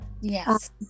Yes